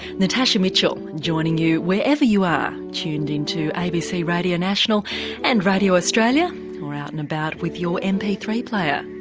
natasha mitchell joining you wherever you are tuned in to abc radio national and radio australia or out and about with your m p three player.